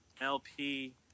LP